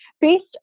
based